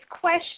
question